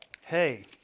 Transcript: Hey